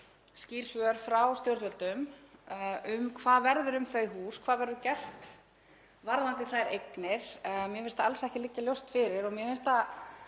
skýr svör frá stjórnvöldum um hvað verður um þau hús, hvað verður gert varðandi þær eignir. Mér finnst það alls ekki liggja ljóst fyrir og mér finnst það